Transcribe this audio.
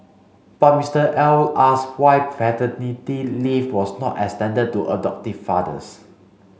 but Mister L asked why paternity leave was not extended to adoptive fathers